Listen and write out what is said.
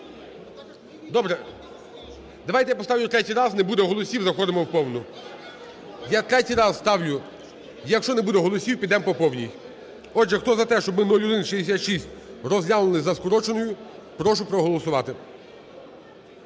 Добре, давайте я поставлю третій раз. Не буде голосів - заходимо в повну. Я третій раз ставлю, якщо не буде голосів, підемо по повній. Отже, хто за те, щоб ми 0166 розглянули за скороченою – прошу проголосувати.